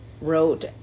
wrote